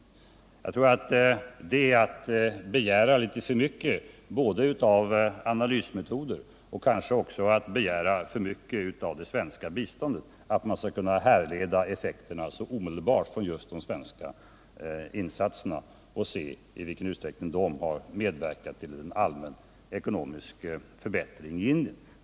Jag tror att det är att begära litet för mycket av analysmetoderna och kanske också att begära litet för mycket av det svenska biståndet om man tror sig direkt kunna säga i vilken utsträckning de svenska insatserna medverkat till en allmän ekonomisk förbättring i Indien.